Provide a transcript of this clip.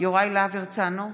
יוראי להב הרצנו,